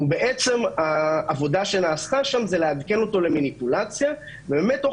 ובעצם העבודה שנעשתה שם הוא לעדכן אותו למניפולציה תוך